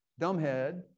dumbhead